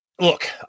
look